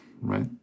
right